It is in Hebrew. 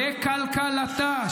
לכלכלתה,